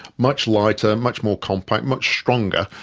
much lighter, much more compact, much stronger,